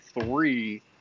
three